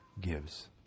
gives